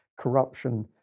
corruption